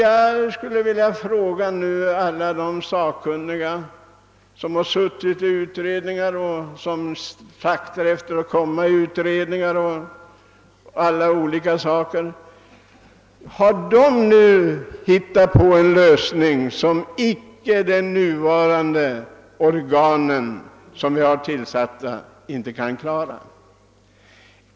Jag skulle vilja fråga alla de sakkunniga som har suttit i utredningar och som traktar efter att komma med i nya utredningar, om de nu funnit en lösning som icke de organ som redan finns tillsatta kan åstadkomma.